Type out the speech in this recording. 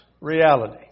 reality